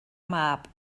mab